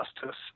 justice